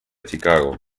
chicago